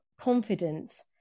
confidence